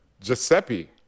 Giuseppe